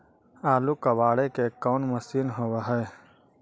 आलू कबाड़े के कोन मशिन होब है?